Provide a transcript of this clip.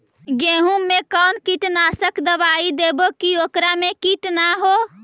गेहूं में कोन कीटनाशक दबाइ देबै कि ओकरा मे किट न हो?